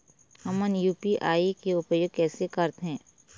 हमन यू.पी.आई के उपयोग कैसे करथें?